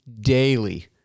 daily